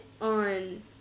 on